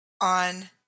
on